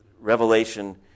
Revelation